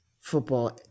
football